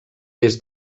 des